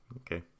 Okay